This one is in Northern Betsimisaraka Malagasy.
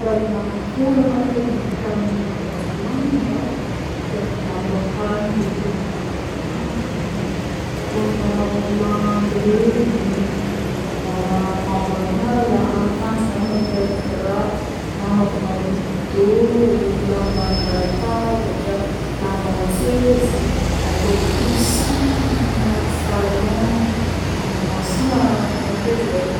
Karazagna akora na fitôvagna vita amina lamba ôhatra e lamba-pandriagna, akanjo, lamba landy regny, agnamboarana la-akanjo na agnanôvana drap, na agnanôvana rideau, lamban-databatra, lamban-tsezy, atao coussin amina salon, aminôsagna matériel.